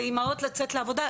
לאימהות לצאת לעבודה,